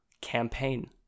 campaign